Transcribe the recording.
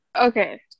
Okay